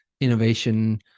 innovation